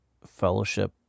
fellowship